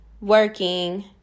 working